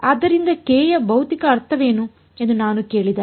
ಆದ್ದರಿಂದ k ಯ ಭೌತಿಕ ಅರ್ಥವೇನು ಎಂದು ನಾನು ಕೇಳಿದರೆ